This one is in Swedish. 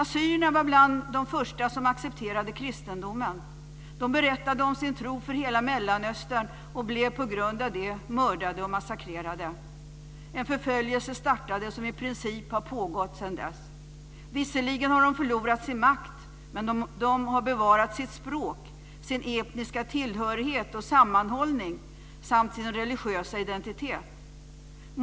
Assyrierna var bland de första som accepterade kristendomen. Visserligen har de förlorat sin makt, men de har bevarat sitt språk, sin etniska tillhörighet och sammanhållning samt sin religiösa identitet.